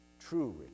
true